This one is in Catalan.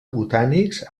botànics